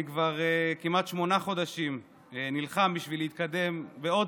אני כבר כמעט שמונה חודשים נלחם בשביל להתקדם עוד